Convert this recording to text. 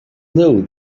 know